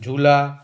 झूला